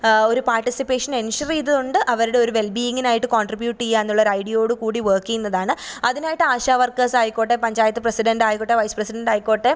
ഒരു പാട്ടിസിപ്പേഷന് എന്ശൊറ് ചെയ്തുകൊണ്ട് അവരുടെ ഒരു വെല്ബീങ്ങിനായിട്ട് കോണ്ട്രിബ്യൂട്ട് ചെയ്യാമെന്നുള്ള ഒരു ഐഡിയയോട് കൂടി വേക്ക് ചെയ്യുന്നതാണ് അതിനായിട്ട് ആശാ വര്ക്കേസ് ആയിക്കോട്ടെ പഞ്ചായത്ത് പ്രസിഡൻ്റായിക്കോട്ടെ വൈസ്പ്രസിഡൻ്റായിക്കോട്ടെ